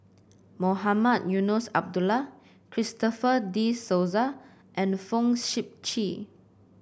Mohamed Eunos Abdullah Christopher De Souza and Fong Sip Chee